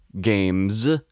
games